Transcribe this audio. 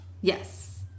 Yes